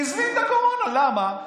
הזמין את הקורונה, למה?